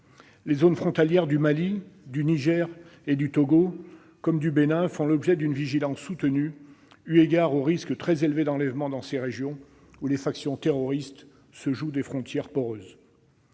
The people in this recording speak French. Les zones frontalières du Mali, du Niger, du Togo et du Bénin font l'objet d'une vigilance soutenue eu égard aux risques très élevés d'enlèvement dans ces régions où les factions terroristes se jouent des frontières poreuses.